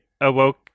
awoke